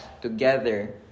together